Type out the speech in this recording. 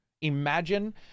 Imagine